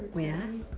wait ah